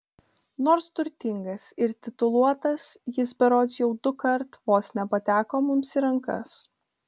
nors turtingas ir tituluotas jis berods jau dukart vos nepateko mums į rankas